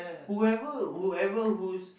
whoever whoever who's